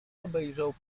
obejrzał